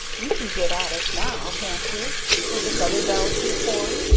you can get at it now, can't you with this other belle to the fore?